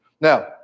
Now